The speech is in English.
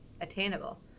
attainable